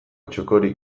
txokorik